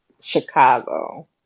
Chicago